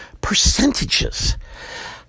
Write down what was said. Percentages